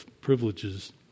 privileges